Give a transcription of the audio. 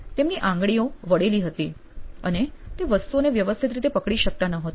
તેમની આંગળીઓ વળેલી હતી અને તે વસ્તુઓને વ્યવસ્થિત રીતે પકડી શકતા ન હતા